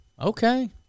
okay